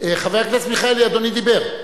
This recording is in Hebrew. חבר הכנסת מיכאלי, אדוני דיבר.